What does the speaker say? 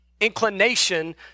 inclination